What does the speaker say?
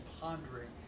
pondering